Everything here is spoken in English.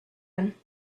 him